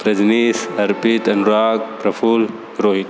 Rajneesh Arpit Anurag Praful Rohit